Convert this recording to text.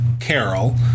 Carol